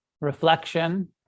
reflection